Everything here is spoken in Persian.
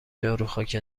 جاروخاک